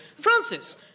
Francis